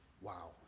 Wow